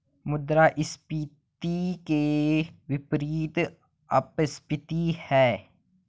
मुद्रास्फीति के विपरीत अपस्फीति है